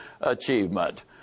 achievement